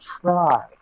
try